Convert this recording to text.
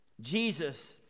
jesus